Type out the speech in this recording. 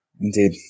Indeed